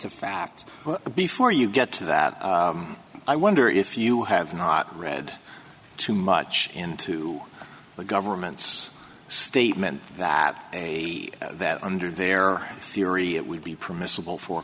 of facts before you get to that i wonder if you have not read too much into the government's statement that a that under their theory it would be permissible for